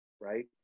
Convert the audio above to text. right